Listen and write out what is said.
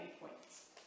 points